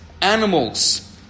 Animals